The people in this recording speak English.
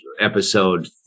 episode